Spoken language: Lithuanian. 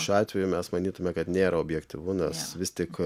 šiuo atveju mes manytume kad nėra objektyvu nes vis tik